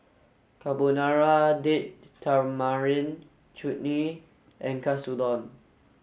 Carbonara Date Tamarind Chutney and Katsudon